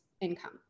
income